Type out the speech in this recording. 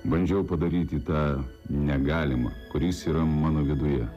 bandžiau padaryti tą negalimą kuris yra mano viduje